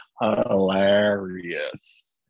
hilarious